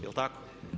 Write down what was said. Jel' tako?